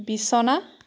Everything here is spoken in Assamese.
বিছনা